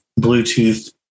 Bluetooth